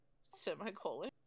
Semicolon